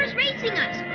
racing us.